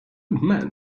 men